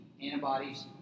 antibodies